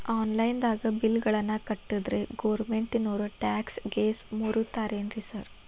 Online ದಾಗ bill ಗಳನ್ನಾ ಕಟ್ಟದ್ರೆ ಗೋರ್ಮೆಂಟಿನೋರ್ ಟ್ಯಾಕ್ಸ್ ಗೇಸ್ ಮುರೇತಾರೆನ್ರಿ ಸಾರ್?